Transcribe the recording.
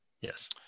Yes